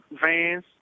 vans